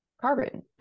carbon